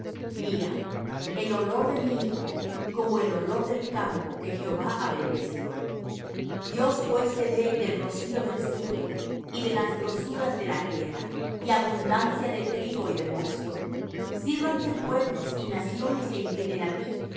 mira el olor de mi hijo como el olor del campo que jehová ha bendecido dios pues te dé del rocío del cielo y de las grosuras de la tierra y abundancia de trigo y de mosto sírvante pueblos y naciones se inclinen á ti